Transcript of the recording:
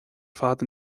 fad